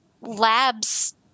labs